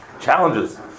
challenges